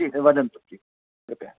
वदन्तु कृपया